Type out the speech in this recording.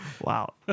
Wow